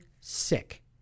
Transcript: sick